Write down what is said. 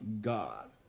God